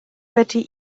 wedi